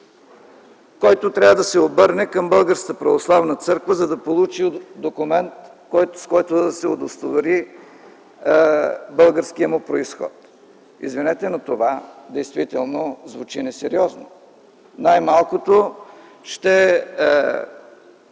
който трябва да се обърне към Българската православна църква, за да получи документ, с който да се удостовери българският му произход. Извинете, но това действително звучи несериозно. Най-малкото ще